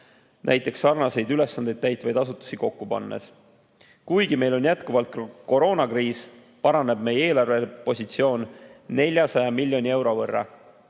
näiteks sarnaseid ülesandeid täitvaid asutusi kokku pannes. Kuigi meil on jätkuvalt koroonakriis, paraneb meie eelarvepositsioon 400 miljoni euro võrra.